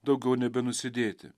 daugiau nebenusidėti